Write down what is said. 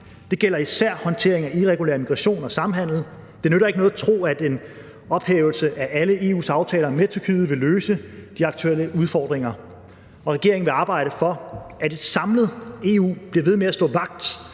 det gælder især håndteringen af irregulær migration og samhandel. Det nytter ikke noget at tro, at en ophævelse af alle EU's aftaler med Tyrkiet vil løse de aktuelle udfordringer, og regeringen vil arbejde for, at et samlet EU bliver ved med at stå vagt